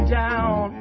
down